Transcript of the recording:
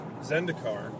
Zendikar